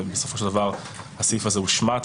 בסופו של דבר הסעיף הזה הושמט,